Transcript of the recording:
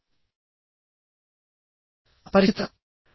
రెండవది అపరిచితత